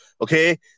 Okay